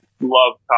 love